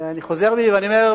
ואני חוזר בי ואני אומר,